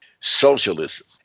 socialism